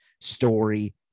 story